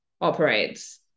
operates